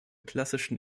klassischen